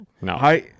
No